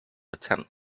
attempt